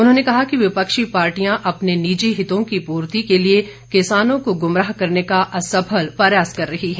उन्होंने कहा कि विपक्षी पार्टियां अपने निजी हितों की पूर्ति के लिए किसानों को गुमराह करने का असफल प्रयास कर रही हैं